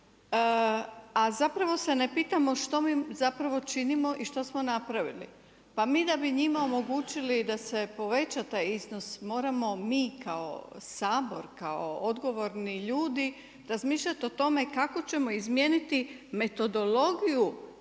a zapravo se ne pitamo što mi činimo i što smo napravili. Pa mi da bi njima omogućili da se poveća taj iznos moramo mi kao Sabor, kao odgovorni ljudi razmišljati o tome kako ćemo izmijeniti metodologiju